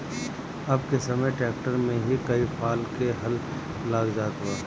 अब के समय ट्रैक्टर में ही कई फाल क हल लाग जात बा